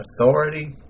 authority